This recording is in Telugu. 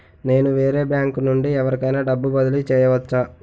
నేను వేరే బ్యాంకు నుండి ఎవరికైనా డబ్బు బదిలీ చేయవచ్చా?